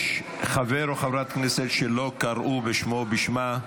יש חבר או חברת כנסת שלא קראו בשמו או בשמה?